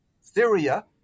Syria